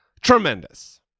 tremendous